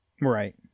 right